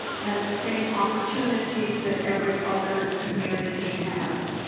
has the same opportunities that every other community has.